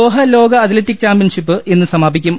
Doha ലോക athletic championship ഇന്ന് സമാപിക്കും